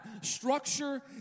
Structure